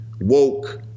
woke